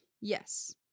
Yes